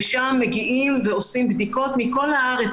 לשם מגיעים ועורכים בדיקות מכל הארץ,